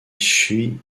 suis